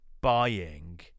buying